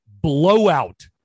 blowout